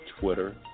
Twitter